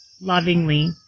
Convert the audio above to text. lovingly